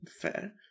fair